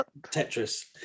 Tetris